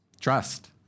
Trust